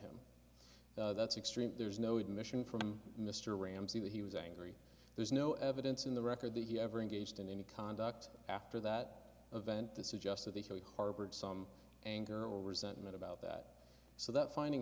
him that's extreme there's no admission from mr ramsey that he was angry there's no evidence in the record that he ever engaged in any conduct after that event to suggest that they harbored some anger or resentment about that so that finding